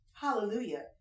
Hallelujah